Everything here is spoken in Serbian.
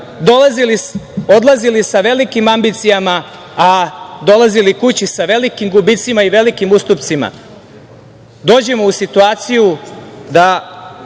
odlazili sa velikim ambicijama, a dolazili kući sa velikim gubicima i velikim ustupcima, dođemo u situaciju da